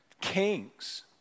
kings